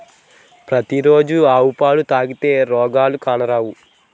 పతి రోజు ఆవు పాలు తాగితే రోగాలు కానరావు